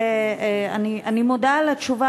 אני מודה על התשובה,